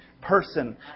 person